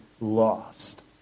lost